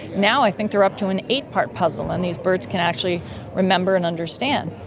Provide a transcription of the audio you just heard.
now i think they're up to an eight-part puzzle and these birds can actually remember and understand.